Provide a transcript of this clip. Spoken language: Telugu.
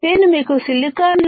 నేను మీకు సిలికాన్ silicon